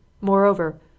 Moreover